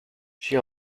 she